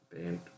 band